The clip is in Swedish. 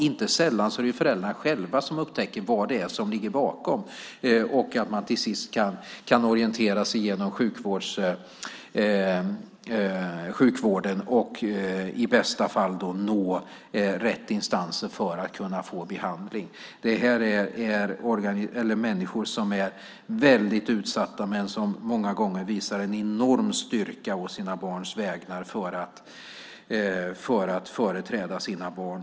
Inte sällan är det föräldrarna själva som upptäcker vad det är som ligger bakom, och till sist kan de orientera sig genom sjukvården och i bästa fall nå rätt instans för att kunna få behandling. Det här är människor som är väldigt utsatta men som många gånger visar en enorm styrka när det gäller att företräda sina barn.